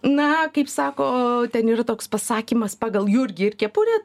na kaip sako ten yra toks pasakymas pagal jurgį ir kepurė